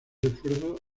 esfuerzos